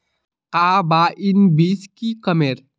Carbine बीस की कमेर?